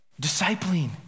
discipling